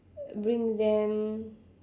uh bring them